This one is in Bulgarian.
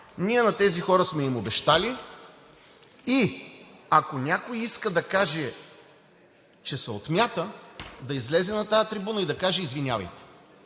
Ние на тези хора сме им обещали и ако някой иска да каже, че се отмята, да излезе на тази трибуна и да каже: извинявайте.